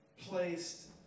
placed